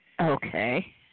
Okay